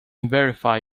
verify